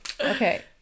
Okay